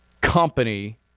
company